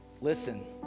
Listen